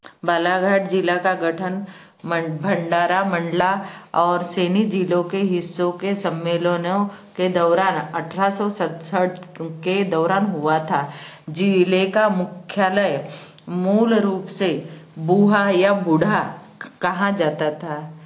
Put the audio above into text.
बालाघाट ज़िला का गठन भंडारा मंडला और सिवनी ज़िलों के हिस्सों के सम्मेलनो के दौरान अट्ठरह सौ सड़सठ के दौरान हुआ था ज़िले का मुख्यालय मूल रूप से बूहा या बूढा कहा जाता था